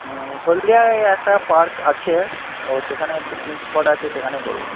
হুম হলদিয়ায় একটা পার্ক আছে ও সেখানে পিকনিক স্পট আছে সেখানেই করব